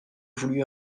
voulu